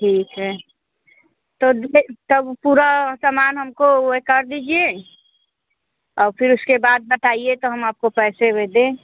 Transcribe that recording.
ठीक है तो ये तब पूरा समान हम को कर दीजिए और फिर उसके बाद बताइए तो हम आपको पैसे वे दें